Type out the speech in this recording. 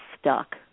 stuck